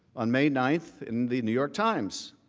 on may nine, in the new york times.